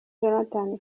jonathan